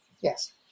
Yes